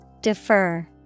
Defer